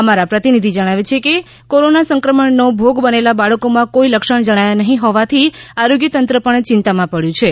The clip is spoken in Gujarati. અમારા પ્રતિનિધિ જણાવે છે કે કોરોના સંક્રમણનો ભોગ બનેલા બાળકોમાં કોઈ લક્ષણ જણાયા નહીં હોવાથી આરોગ્ય તંત્ર પણ ચિંતામાં પડ્યું છે